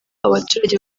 abaturage